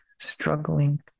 struggling